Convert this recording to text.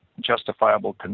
justifiable